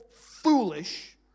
foolish